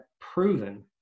proven